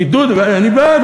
עידוד, אני בעד.